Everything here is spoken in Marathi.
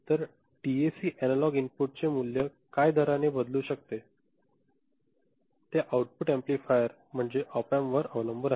तर डीएसीचे एनालॉग आउटपुट चे मूल्य काय दराने बदलू शकते ते आउटपुट एम्पलीफायर म्हणजे ऑप एम्प वर अवलंबून आहे